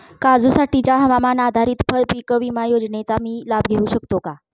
काजूसाठीच्या हवामान आधारित फळपीक विमा योजनेचा मी लाभ घेऊ शकतो का?